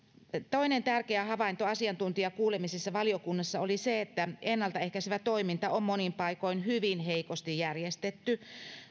toinen tärkeä havainto asiantuntijakuulemisissa valiokunnassa oli se että ennaltaehkäisevä toiminta on monin paikoin hyvin heikosti järjestetty